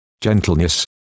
gentleness